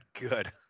good